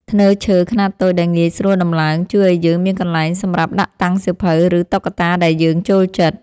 ធ្នើឈើខ្នាតតូចដែលងាយស្រួលដំឡើង ជួយឱ្យយើងមានកន្លែងសម្រាប់ដាក់តាំងសៀវភៅ ឬតុក្កតាដែលយើងចូលចិត្ត។